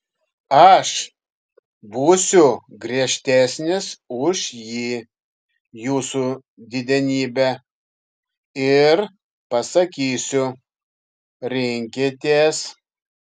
aš būsiu griežtesnis už ji jūsų didenybe ir pasakysiu rinkitės